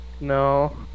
No